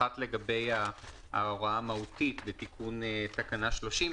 אחת לגבי ההוראה המהותית בתיקון תקנה 30,